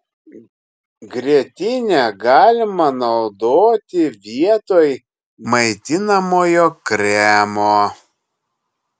grietinę galima naudoti vietoj maitinamojo kremo